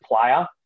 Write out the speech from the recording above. player